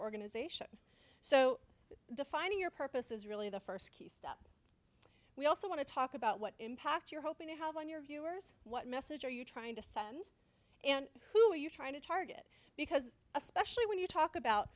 organization so defining your purpose is really the first step we also want to talk about what impact you're hoping to have on your viewers what message are you trying to send and who are you trying to target because especially when you talk about